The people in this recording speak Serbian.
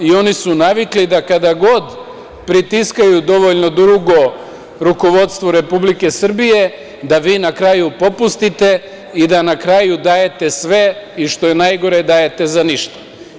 I oni su navikli da kada god pritiskaju dovoljno dugo rukovodstvo Republike Srbije da vi na kraju popustite i da na kraju dajete sve i što je najgore dajete za ništa.